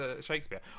Shakespeare